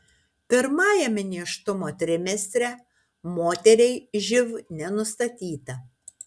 pirmajame nėštumo trimestre moteriai živ nenustatyta